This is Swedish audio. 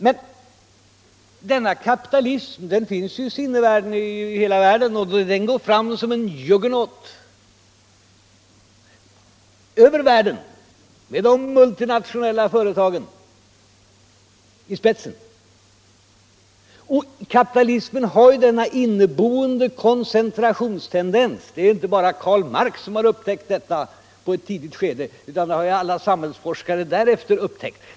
Men denna kapitalism finns ju i verkligheten i hela världen, och den går fram som en juggernaut över världen med de multinationella företagen i spetsen. Och kapitalismen har denna inneboende koncentrationstendens. Det är inte bara Karl Marx som har upptäckt detta — i ett tidigt skede — utan det har alla samhällsforskare därefter upptäckt.